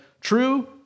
true